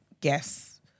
guess